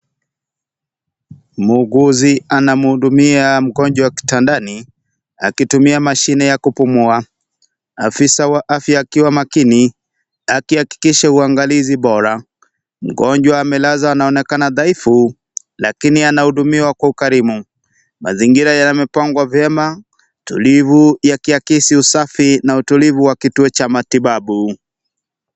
Mhuguzi anamhudumia mgonjwa kitandani akitumia machine ya kupumua . Afisa wa afya akiwa makini akiakikisha huangalizi bora mgonjwa amelaza anaonekana dhaifu , lakini anamhudumia kwa ukarimu. Mazingira yamepangwa vyema, tulifu yakiakisi usafi na utulivu wa kituo ya matibabu.